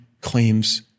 claims